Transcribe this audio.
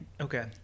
Okay